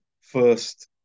first